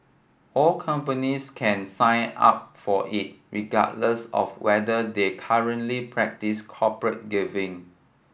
all companies can sign up for it regardless of whether they currently practise corporate giving